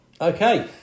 Okay